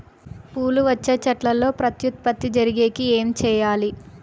పూలు వచ్చే చెట్లల్లో ప్రత్యుత్పత్తి జరిగేకి ఏమి చేయాలి?